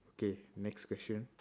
okay next question